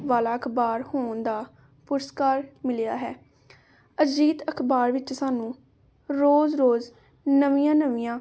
ਵਾਲਾ ਅਖ਼ਬਾਰ ਹੋਣ ਦਾ ਪੁਰਸਕਾਰ ਮਿਲਿਆ ਹੈ ਅਜੀਤ ਅਖ਼ਬਾਰ ਵਿੱਚ ਸਾਨੂੰ ਰੋਜ਼ ਰੋਜ਼ ਨਵੀਆਂ ਨਵੀਆਂ